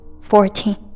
fourteen